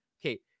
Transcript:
okay